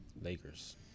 Lakers